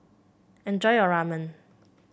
enjoy your Ramen